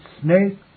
snake